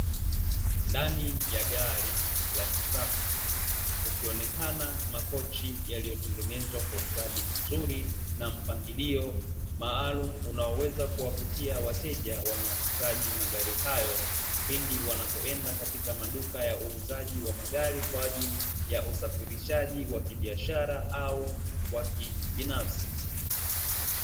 Ndani ya gari la kisasa ukionekana makochi yaliyotengenezwa kwa ustadi mzuri na mpangilio maalumu, unaoweza kuwavutia wateja wanaohitaji magari hayo pindi wanapoenda katika maduka yauuzaji wa magari kwa ajili ya usafirishaji wa kibiashara au binafsi.